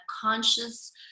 conscious